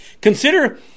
consider